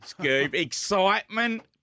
Excitement